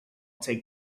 take